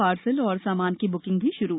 parcel और सामान की ब्किंग भी श्रू